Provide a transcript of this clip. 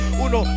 uno